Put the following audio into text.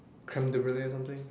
creme brulee or something